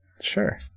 Sure